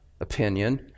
opinion